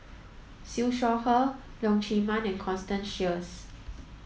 Siew Shaw Her Leong Chee Mun and Constance Sheares